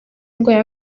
indwara